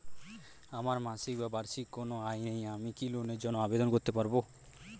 আমার মাসিক বা বার্ষিক কোন আয় নেই আমি কি লোনের জন্য আবেদন করতে পারব?